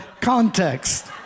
context